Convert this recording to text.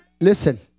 listen